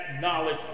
knowledge